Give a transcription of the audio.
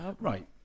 Right